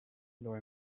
nor